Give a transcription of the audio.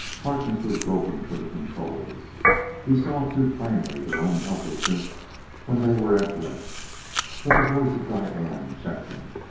harkness was groping for the controls he saw too plainly their own helplessness when they were at rest but the voice of dianne checked him.